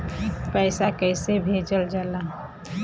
पैसा कैसे भेजल जाला?